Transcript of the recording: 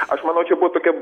aš manau čia buvo tokia